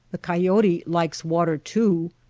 the coyote likes water, too,